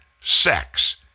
sex